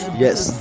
yes